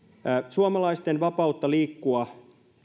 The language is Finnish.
suomalaisten vapautta liikkua